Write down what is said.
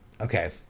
Okay